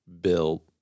built